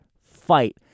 fight